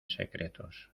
secretos